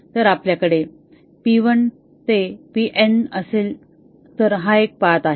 तर जर आपल्याकडे p 1 ते p n असेल तर हा एक पाथ आहे